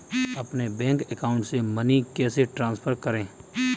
अपने bank account से money कैसे ट्रांसफर करें?